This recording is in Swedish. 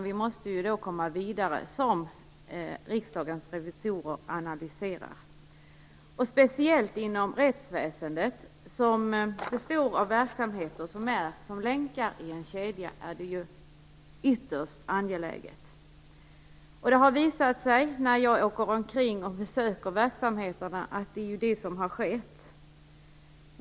Vi måste komma vidare, precis som Riksdagens revisorer analyserar. Detta gäller speciellt inom rättsväsendet, som består av verksamheter som är som länkar i en kedja. Här är detta ytterst angeläget. När jag har åkt omkring och besökt verksamheterna har det visat sig vad det är som har skett.